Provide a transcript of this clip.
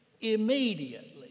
immediately